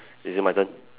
is it my turn